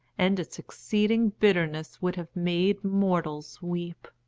and its exceeding bitterness would have made mortals weep.